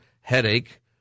headache